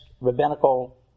rabbinical